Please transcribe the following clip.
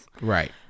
Right